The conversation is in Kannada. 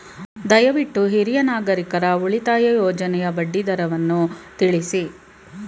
ದಯವಿಟ್ಟು ಹಿರಿಯ ನಾಗರಿಕರ ಉಳಿತಾಯ ಯೋಜನೆಯ ಬಡ್ಡಿ ದರವನ್ನು ತಿಳಿಸಿ